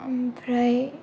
ओमफ्राय